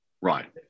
Right